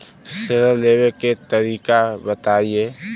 ऋण लेवे के तरीका बताई?